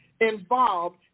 involved